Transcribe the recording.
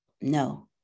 No